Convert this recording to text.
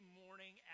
morning